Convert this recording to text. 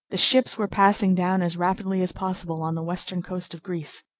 the ships were passing down as rapidly as possible on the western coast of greece.